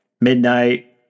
midnight